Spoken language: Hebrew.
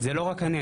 זה לא רק אני,